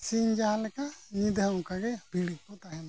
ᱥᱤᱧ ᱡᱟᱦᱟᱸ ᱞᱮᱠᱟ ᱧᱤᱫᱟᱹ ᱦᱚᱸ ᱚᱱᱠᱟᱜᱮ ᱵᱷᱤᱲ ᱜᱮᱠᱚ ᱛᱟᱦᱮᱱᱟ